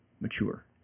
mature